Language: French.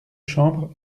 chambre